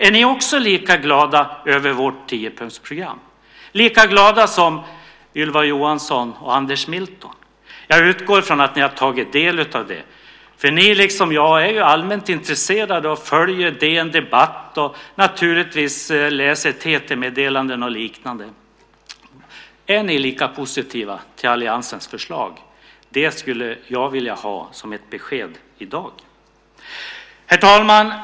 Är ni lika glada över vårt tiopunktsprogram som Ylva Johansson och Anders Milton? Jag utgår ifrån att ni har tagit del av det. Ni, liksom jag, är ju allmänt intresserade, följer DN Debatt och läser TT-meddelanden och liknande. Är ni lika positiva till alliansens förslag? Det skulle jag vilja ha besked om i dag. Herr talman!